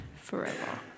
forever